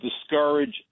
discourage